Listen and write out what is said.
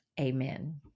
Amen